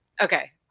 Okay